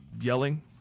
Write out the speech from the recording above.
yelling